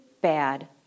bad